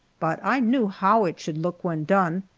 but i knew how it should look when done,